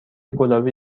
گلابی